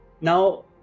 Now